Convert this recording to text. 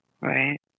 Right